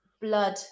blood